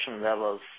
levels